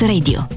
Radio